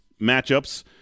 matchups